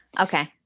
Okay